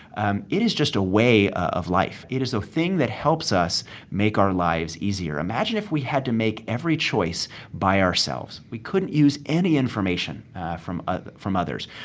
um it is just a way of life. it is a thing that helps us make our lives easier. imagine if we had to make every choice by ourselves. we couldn't use any information from ah from others.